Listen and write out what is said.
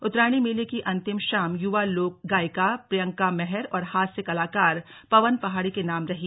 उत्तरायणी मेले की अंतिम शाम युवा लोक गायिका प्रियंका महर और हास्य कलाकार पवन पहाड़ी के नाम रही